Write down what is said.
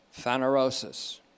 Phanerosis